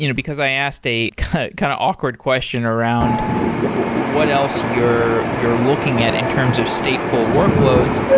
you know because i asked a kind of awkward question around what else you're you're looking at in terms of stateful workloads.